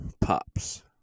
POPs